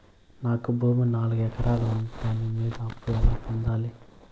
నాకు భూమి నాలుగు ఎకరాలు ఉంది దాని మీద అప్పు ఎలా పొందాలి?